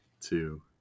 two